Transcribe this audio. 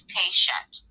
patient